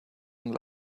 and